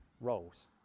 roles